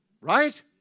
Right